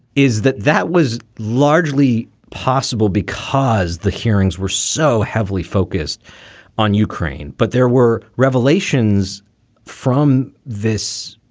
is that that was largely possible because the hearings were so heavily focused on ukraine. but there were revelations from this,